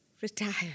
retire